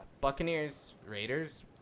Buccaneers-Raiders